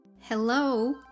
Hello